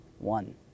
One